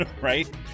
right